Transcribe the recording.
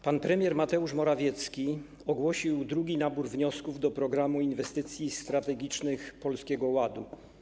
Pan premier Mateusz Morawiecki ogłosił drugi nabór wniosków do programu inwestycji strategicznych Polskiego Ładu.